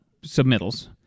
submittals